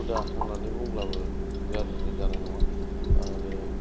हुदा होननानै बुंब्लाबो गारजिद्राय जानाय नङा आरो